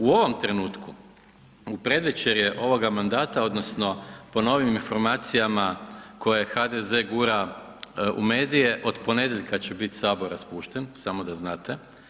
U ovom trenutku, u predvečerje ovoga mandata odnosno po novim informacijama koje HDZ gura u medije, od ponedjeljka će biti Sabor raspušten, samo da znate.